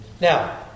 Now